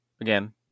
Again